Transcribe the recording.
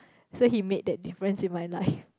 so he made that difference in my life